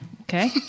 Okay